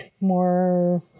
more –